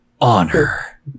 honor